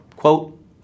Quote